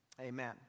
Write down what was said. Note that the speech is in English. amen